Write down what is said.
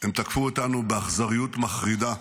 הם תקפו אותנו באכזריות מחרידה.